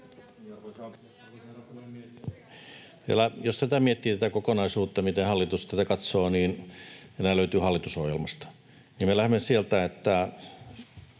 Jos vielä miettii tätä kokonaisuutta, miten hallitus tätä katsoo, niin tämähän löytyy hallitusohjelmasta, ja me lähdemme siitä, että